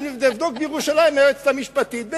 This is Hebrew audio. נבדוק בירושלים עם היועצת המשפטית.